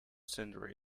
sundry